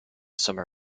summer